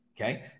okay